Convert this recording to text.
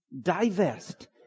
Divest